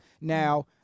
now